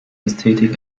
ästhetik